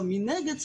מנגד,